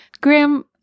Graham